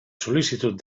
sol·licitud